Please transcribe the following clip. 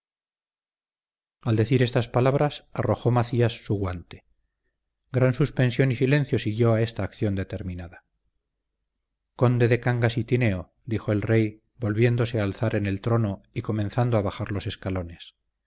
al decir estas palabras arrojó macías su guante gran suspensión y silencio siguió a esta acción determinada conde de cangas y tineo dijo el rey volviéndose a alzar en el trono y comenzando a bajar los escalones